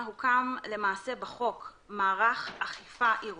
הוקם למעשה בחוק מערך אכיפה עירוני.